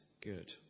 good